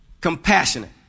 compassionate